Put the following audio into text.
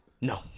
No